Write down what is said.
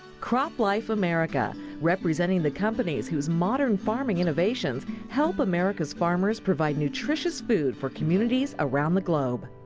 croplife america representing the companies whose modern farming innovations help america's farmers provide nutritious food for communities around the globe.